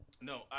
No